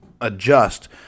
adjust